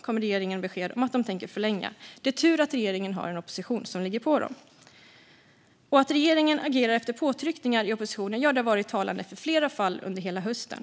kom regeringen med besked om att de tänkte förlänga förordningen. Det är tur att regeringen har en opposition som ligger på dem. Att regeringen agerar först efter påtryckningar från oppositionen har varit talande för hela denna höst.